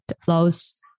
flows